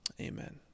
amen